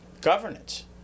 Governance